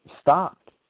stopped